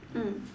mm